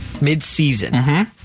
mid-season